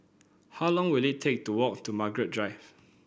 how long will it take to walk to Margaret Drive